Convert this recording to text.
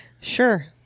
Sure